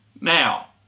Now